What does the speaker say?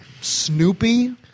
Snoopy